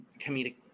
comedic